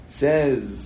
says